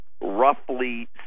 roughly